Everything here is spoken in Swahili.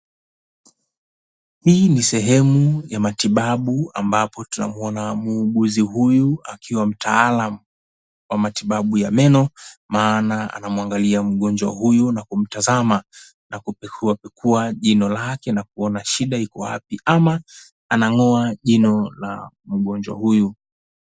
Hii ni sehemu ya matibabu ambapo tunamuona muuguzi huyu akiwa mtaalam wa matibabu ya meno maana anamwangalia mgonjwa huyu na kumtazama na kupekuapekua jino lake na kuona shida iko wapi ama anang'oa jino la mgonjwa huyu.